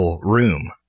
room